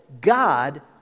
God